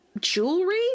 jewelry